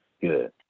Good